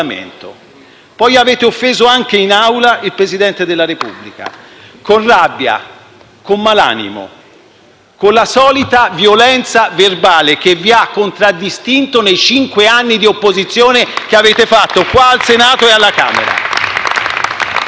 poi avete anche offeso in Aula il Presidente della Repubblica, con rabbia, con malanimo, con la solita violenza verbale che vi ha contraddistinto nei cinque anni di opposizione che avete fatto qui al Senato e alla Camera.